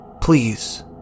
Please